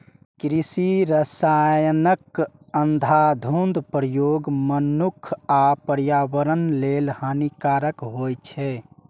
कृषि रसायनक अंधाधुंध प्रयोग मनुक्ख आ पर्यावरण लेल हानिकारक होइ छै